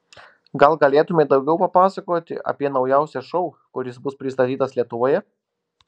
gal galėtumei daugiau papasakoti apie naujausią šou kuris bus pristatytas lietuvoje